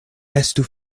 estu